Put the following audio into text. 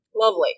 Lovely